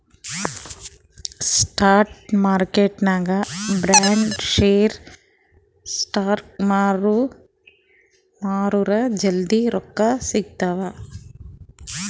spot ಮಾರ್ಕೆಟ್ನಾಗ್ bond, share, stocks ಮಾರುರ್ ಜಲ್ದಿ ರೊಕ್ಕಾ ಸಿಗ್ತಾವ್